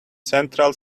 central